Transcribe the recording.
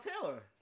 Taylor